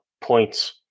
points